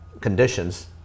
conditions